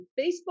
Facebook